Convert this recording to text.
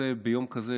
ביום כזה,